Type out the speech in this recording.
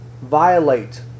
violate